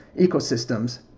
ecosystems